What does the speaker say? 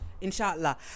Inshallah